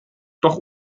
doch